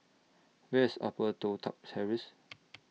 Where IS Upper Toh Tuck Terrace